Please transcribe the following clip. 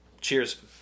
Cheers